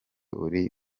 uri